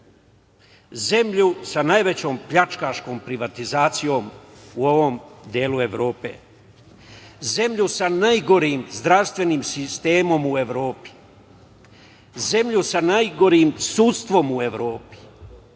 zemlju sa najvećom pljačkaškom privatizacijom u ovom delu Evrope, zemlju sa najgorim zdravstvenim sistemom u Evropi, zemlju sa najgorim sudstvom u Evropi,